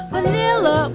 Vanilla